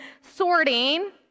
sorting